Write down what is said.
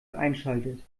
einschaltet